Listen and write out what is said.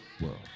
world